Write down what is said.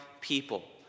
people